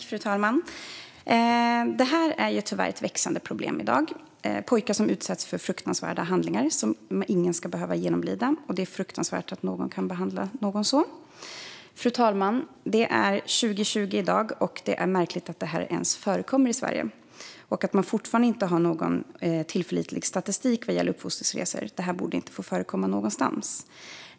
Fru talman! Detta är tyvärr ett växande problem i dag. Pojkar utsätts för fruktansvärda handlingar som ingen ska behöva genomlida, och det är fruktansvärt att någon kan behandla dem så här. Fru talman! Det är märkligt att detta förekommer i Sverige 2020 och att det fortfarande inte finns någon tillförlitlig statistik vad gäller uppfostringsresor. Dessa resor borde inte få förekomma någonstans.